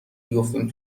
بیفتیم